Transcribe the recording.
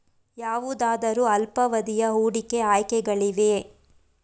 ಯಾವುದಾದರು ಅಲ್ಪಾವಧಿಯ ಹೂಡಿಕೆ ಆಯ್ಕೆಗಳಿವೆಯೇ?